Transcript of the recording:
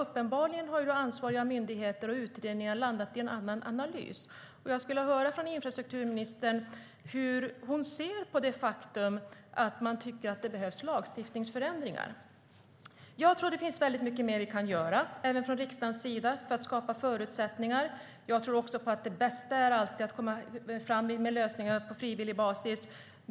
Uppenbarligen har ansvariga myndigheter och utredningar landat i en annan analys. Jag skulle vilja höra hur infrastrukturministern ser på det faktum att man tycker att det behövs lagstiftningsförändringar. Jag tror att det finns väldigt mycket mer vi kan göra, även från riksdagens sida, för att skapa förutsättningar för cykling. Jag tror också att det bästa alltid är lösningar på frivillig basis.